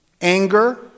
Anger